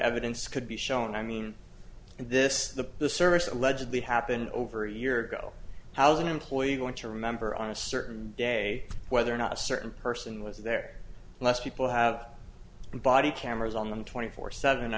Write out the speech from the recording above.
evidence could be shown i mean in this the the service allegedly happened over a year ago housing employees want to remember on a certain day whether or not a certain person was there unless people have somebody cameras on them twenty four seven i